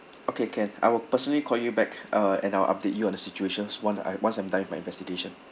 okay can I will personally call you back uh and I'll update you on the situations one I once I'm done with my investigation